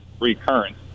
recurrence